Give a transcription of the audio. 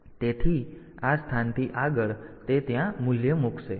તેથી આ સ્થાનથી આગળ તેથી તે ત્યાં મૂલ્ય મૂકશે